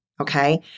Okay